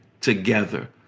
together